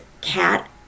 cat